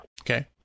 Okay